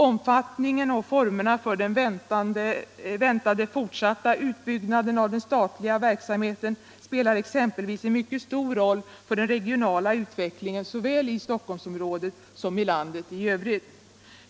Omfattningen av och formerna för den väntade fortsatta utbyggnaden av den statliga verksamheten spelar exempelvis en mycket stor roll för den regionala utvecklingen såväl i Stockholmsområdet som i landet i övrigt.